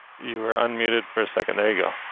you were unmuted for a second. there you go.